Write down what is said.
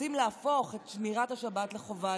רוצים להפוך את שמירת השבת לחובה,